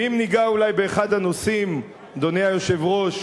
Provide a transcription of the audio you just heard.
ואם ניגע אולי באחד הנושאים, אדוני היושב-ראש,